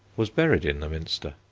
was buried in the minster.